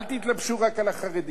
אל תתלבשו רק על החרדים,